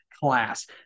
class